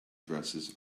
dresses